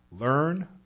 Learn